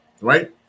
right